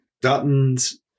Dutton's